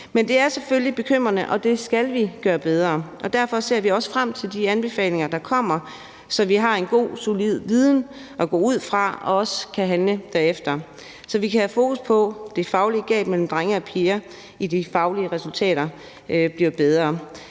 Men det er selvfølgelig bekymrende, og det skal vi gøre bedre. Og derfor ser vi også frem til de anbefalinger, der kommer, så vi har en god, solid viden at gå ud fra og også handle efter, så vi kan have fokus på, at det faglige gab mellem drenge og piger i de faglige resultater bliver bedre.